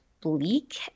bleak